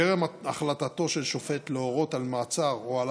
טרם החלטתו של שופט להורות על מעצר או על